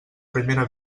primera